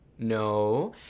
No